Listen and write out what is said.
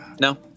No